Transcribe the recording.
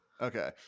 Okay